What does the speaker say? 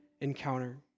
encounter